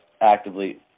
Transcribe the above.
actively